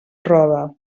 roda